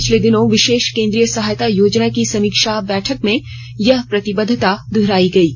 पिछले दिन विशेष केंद्रीय सहायता योजना की समीक्षा बैठक में यह प्रतिबद्धता द्हरायी गयी